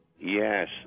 Yes